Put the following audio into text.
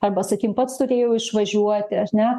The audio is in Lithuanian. arba sakykim pats turėjau išvažiuoti aš ne